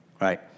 right